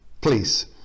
Please